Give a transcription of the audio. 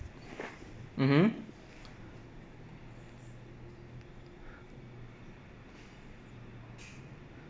mmhmm